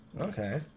Okay